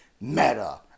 meta